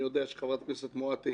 אני יודע שחברת הכנסת מואטי